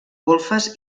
golfes